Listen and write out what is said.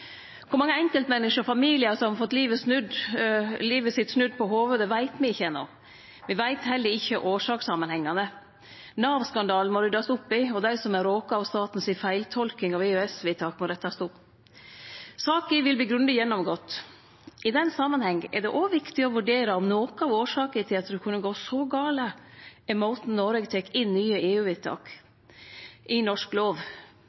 Kor mange enkeltmenneske og familiar som har fått livet sitt snudd på hovudet, veit me ikkje enno. Me veit heller ikkje årsakssamanhengane. Nav-skandalen må ryddast opp i, og når nokon er råka av staten si feiltolking av EØS-vedtak, må det rettast opp i. Saka vil verte grundig gjennomgått. I den samanhengen er det òg viktig å vurdere om noko av årsaka til at det kunne gå så gale, er måten Noreg tek inn nye EU-vedtak i norsk lov